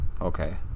okay